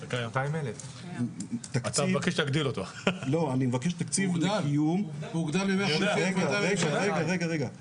הוא הוגדל, הוא הוגדל מ-150,000 ל-200,000 שקלים.